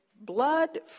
blood